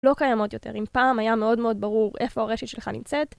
לא קיימות יותר. אם פעם היה מאוד מאוד ברור איפה הרשת שלך נמצאת...